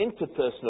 interpersonal